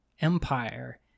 empire